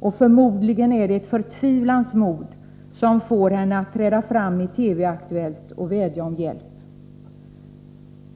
och förmodligen är det ett förtvivlans mod som får henne att träda fram i TV-Aktuellt och vädja om hjälp.